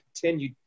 continue